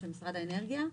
של משרד האנרגיה,